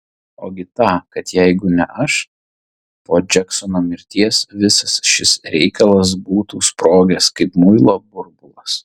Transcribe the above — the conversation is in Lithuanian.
ogi tą kad jeigu ne aš po džeksono mirties visas šis reikalas būtų sprogęs kaip muilo burbulas